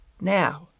Now